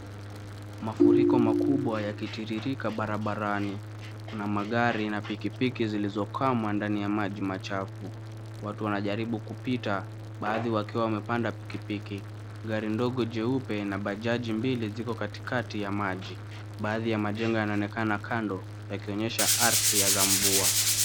Mafuriko makubwa yakitiririka barabarani. Kuna magari na piki piki zilizokwama ndani ya maji machafu. Watu wanajaribu kupita baadhi wakiwa wamepanda pikipiki. Gari ndogo jeupe na bajaji mbili ziko katikati ya maji. Baadhi ya majengo yanaonekana kando, yakionyesha ardhi za mvua.